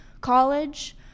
college